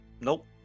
nope